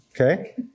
okay